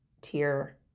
tier